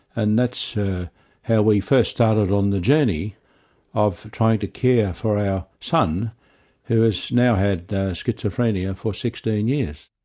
and that's ah how we first started on the journey of trying to care for our son who has now had schizophrenia for sixteen years.